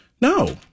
No